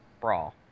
Brawl